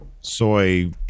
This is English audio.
soy